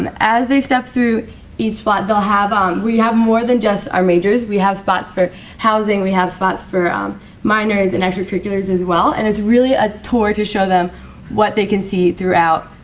and as they step through each spot they'll have um we have more than just our majors, we have spots for housing, we have spots for um minors and extracurriculars as well and it's really ah tour to show them what they can see throughout